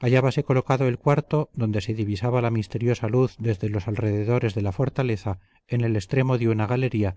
hallábase colocado el cuarto donde se divisaba la misteriosa luz desde los alrededores de la fortaleza en el extremo de una galería